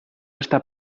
estar